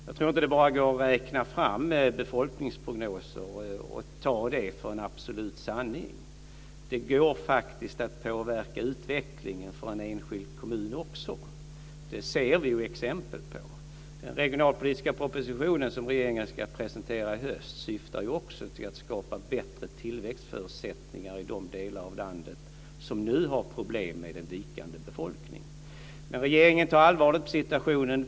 Jag tror inte att man bara kan räkna fram befolkningsprognoser och ta dem som absolut sanning. Det går faktiskt att påverka utvecklingen också för en enskild kommun. Det ser vi exempel på. Den regionalpolitiska propositionen, som regeringen ska presentera i höst, syftar också till att skapa bättre tillväxtförutsättningar i de delar av landet som nu har problem med en vikande befolkning. Men regeringen tar allvarligt på situationen.